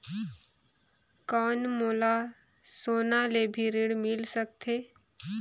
कौन मोला सोना ले भी ऋण मिल सकथे?